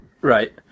Right